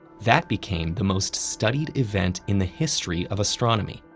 that became the most studied event in the history of astronomy.